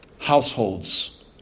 Households